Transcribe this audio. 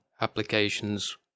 applications